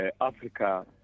africa